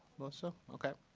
melissa? ok.